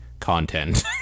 content